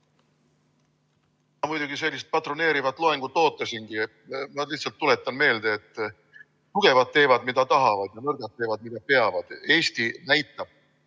Ma muidugi sellist patroneerivat loengut ootasingi. Ma lihtsalt tuletan meelde, et tugevad teevad, mida tahavad, nõrgad teevad, mida peavad. Eesti näitab